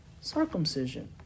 circumcision